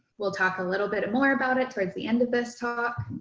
we'll talk a little bit more about it towards the end of this talk.